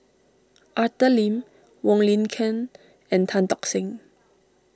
Arthur Lim Wong Lin Ken and Tan Tock Seng